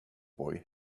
boy